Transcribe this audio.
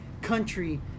country